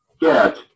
get